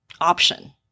option